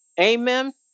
Amen